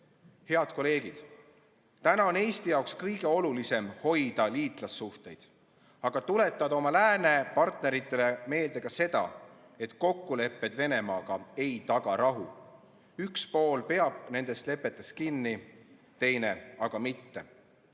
Head kolleegid! Täna on Eesti jaoks kõige olulisem hoida liitlassuhteid, aga ka tuletada oma lääne partneritele meelde, et kokkulepped Venemaaga ei taga rahu. Üks pool peab nendest lepetest kinni, teine aga mitte.